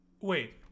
Wait